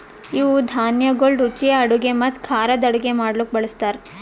ಇವು ಧಾನ್ಯಗೊಳ್ ರುಚಿಯ ಅಡುಗೆ ಮತ್ತ ಖಾರದ್ ಅಡುಗೆ ಮಾಡ್ಲುಕ್ ಬಳ್ಸತಾರ್